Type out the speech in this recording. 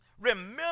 remember